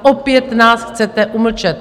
Opět nás chcete umlčet.